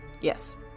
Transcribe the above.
Yes